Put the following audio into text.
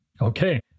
Okay